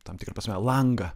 tam tikra prasme langą